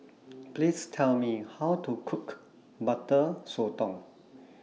Please Tell Me How to Cook Butter Sotong